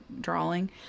drawing